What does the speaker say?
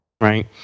right